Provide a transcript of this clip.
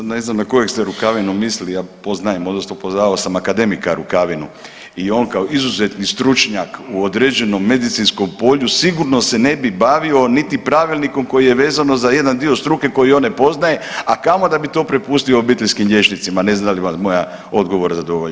Sad ne znam na kojeg ste Rukavinu mislili, ja poznajem odnosno poznavao sam akademika Rukavinu i on kao izuzetni stručnjak u određenom medicinskom polju sigurno se ne bi bavio niti pravilnikom koji je vezano za jedan dio struke koji on ne poznaje, a kamo da bi to prepustio obiteljskim liječnicima, ne znam je li vas moj odgovor zadovoljava.